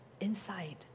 inside